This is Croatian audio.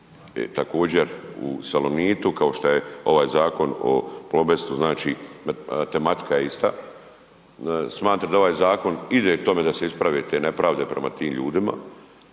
također u Salonitu kao što je ovaj zakon o Plobestu, znači tematika je ista. Smatram da je ovaj zakon ide k tome da se isprave te nepravde prema tim ljudima